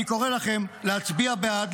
אני קורא לכם להצביע בעד,